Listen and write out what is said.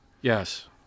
Yes